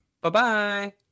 Bye-bye